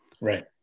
right